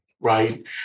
right